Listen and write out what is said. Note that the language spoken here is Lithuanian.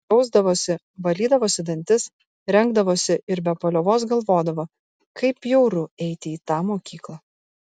prausdavosi valydavosi dantis rengdavosi ir be paliovos galvodavo kaip bjauru eiti į tą mokyklą